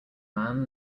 man